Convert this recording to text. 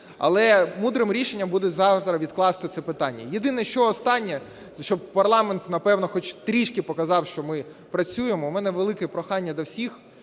Але мудрим рішенням буде завтра відкласти це питання. Єдине що, останнє, щоб парламент, напевно, хоч трішки показав, що ми працюємо, у мене велике прохання до всіх